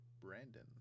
Brandon